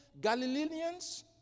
Galileans